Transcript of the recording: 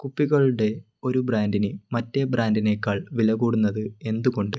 കുപ്പികളുടെ ഒരു ബ്രാൻഡിന് മറ്റേ ബ്രാൻഡിനേക്കാൾ വില കൂടുന്നത് എന്തുകൊണ്ട്